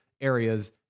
areas